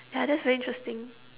ya that's very interesting